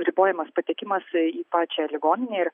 ribojamas patekimas į pačią ligoninę ir